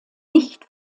nicht